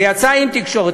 זה יצא עם תקשורת.